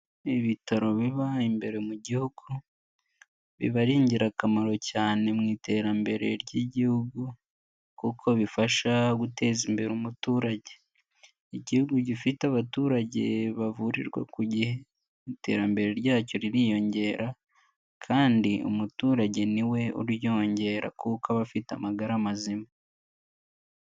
Ibitaro biba imbere mu Gihugu, biba ari ingirakamaro cyane mu iterambere ry'Igihugu, kuko bifasha guteza imbere umuturage. Igihugu gifite abaturage bavurirwa ku gihe, iterambere ryacyo ririyongera, kandi umuturage ni we uryongera kuko aba afite amagara mazima.